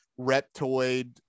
reptoid